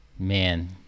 Man